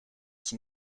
qui